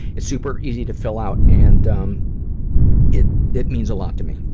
it's super easy to fill out and um it it means a lot to me.